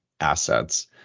assets